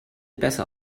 besser